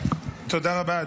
תודה רבה.